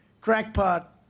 crackpot